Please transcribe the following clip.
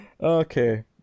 Okay